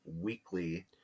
weekly